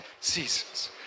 seasons